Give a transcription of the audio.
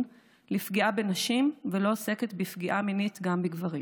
לפגיעה בנשים ולא עוסקת בפגיעה מינית גם בגברים.